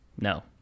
no